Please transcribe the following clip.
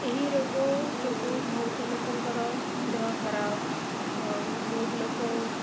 ଏହି ରୋଗ ଯୋଗୁଁ ବହୁତ ଲୋକଙ୍କର ଦେହ ଖରାପ ବହୁତ ଲୋକ